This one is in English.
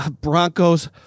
Broncos